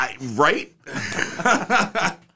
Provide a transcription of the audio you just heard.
right